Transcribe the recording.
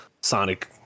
sonic